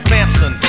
Samson